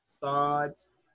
thoughts